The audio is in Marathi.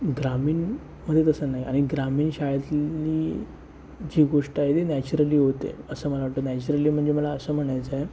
ग्रामीणमध्ये तसं नाही आणि ग्रामीण शाळेतली जी गोष्ट आहे ती नॅचरली होते असं मला वाटतं नॅचरली म्हणजे मला असं म्हणायचं आहे